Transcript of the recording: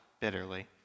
bitterly